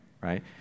right